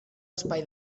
espai